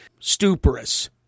stuporous